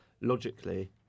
logically